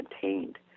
contained